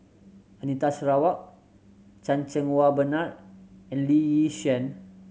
Anita Sarawak Chan Cheng Wah Bernard and Lee Yi Shyan